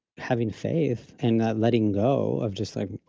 having faith and letting go of just like,